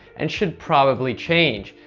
and should probably change.